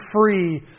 free